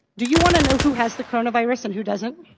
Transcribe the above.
do you want to know who has the coronavirus and who doesn't?